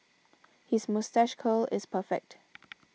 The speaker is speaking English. his moustache curl is perfect